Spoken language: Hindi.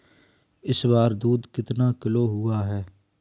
इस बार दूध कितना किलो हुआ है?